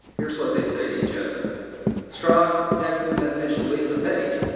here's what they say to each other strzok text messaged to lisa page.